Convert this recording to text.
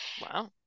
Wow